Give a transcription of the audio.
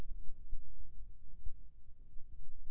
माटी के उपचार के का का उपाय हे?